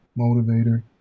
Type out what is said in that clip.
motivator